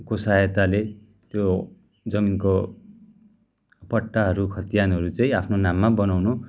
को सहायताले त्यो जमीनको पट्टाहरू खतियानहरू चाहिँ आफ्नो नाममा बनाउनु